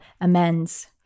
amends